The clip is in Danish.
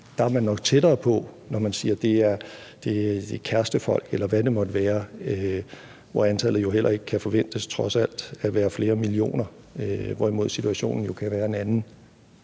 anerkendelsesværdige formål, når man siger, at det er kærestefolk, eller hvad det måtte være, hvor antallet jo heller ikke kan forventes, trods alt, at være flere millioner; hvorimod situationen jo kan være en anden